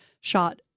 shot